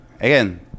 again